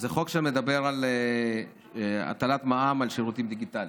חוק שמדבר על הטלת מע"מ על שירותים דיגיטליים.